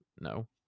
no